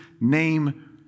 name